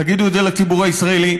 תגידו את זה לציבור הישראלי,